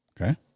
Okay